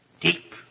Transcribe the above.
deep